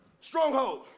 Stronghold